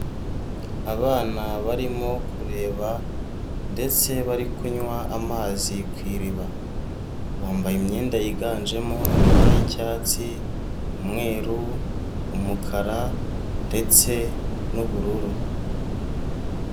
Abana barimo kureba, ndetse bari kunywa amazi ku iriba. Bambaye imyenda yiganjemo amabara y'icyatsi, umweru, umukara, ndetse n'ubururu.